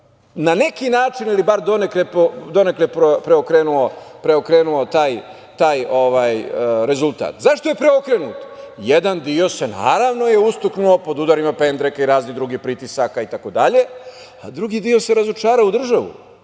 na neki način ili bar donekle preokrenuo taj rezultat.Zašto je preokrenut? Jedan deo je, naravno, ustuknuo pod udarima pendreka i raznih drugih pritisaka itd. Drugi deo se razočarao u državu.